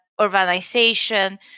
urbanization